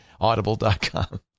Audible.com